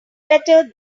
better